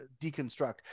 deconstruct